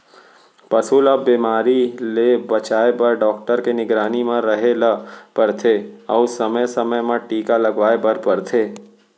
पसू ल बेमारी ले बचाए बर डॉक्टर के निगरानी म रहें ल परथे अउ समे समे म टीका लगवाए बर परथे